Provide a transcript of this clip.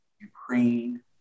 Ukraine